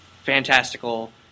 fantastical